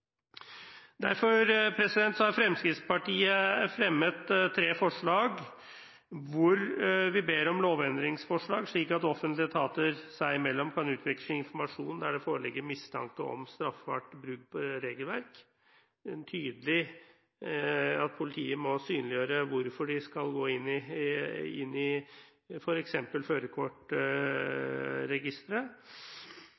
Derfor har Fremskrittspartiet fremmet tre forslag hvor vi i det første ber om lovendringsforslag, slik at offentlige etater seg imellom kan utveksle informasjon der det foreligger mistanke om straffbart brudd på regelverk. Det er tydelig at politiet må synliggjøre hvorfor de skal gå inn i f.eks. førerkortregisteret. Og så foreslår vi i